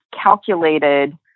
calculated